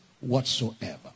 whatsoever